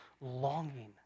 longing